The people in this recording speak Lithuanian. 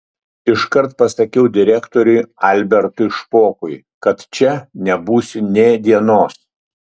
iškart pasakiau direktoriui albertui špokui kad čia nebūsiu nė dienos